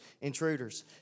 intruders